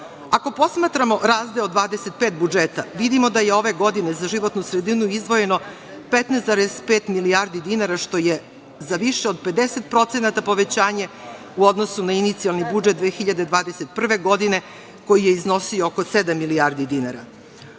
posmatramo razdeo 25 budžeta, vidimo da je ove godine za životnu sredinu izdvojeno 15,5 milijardi dinara, što je za više od 50% povećanje u odnosu na inicijalni budžet 2021. godine, koji je iznosio oko sedam milijardi dinara.